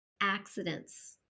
accidents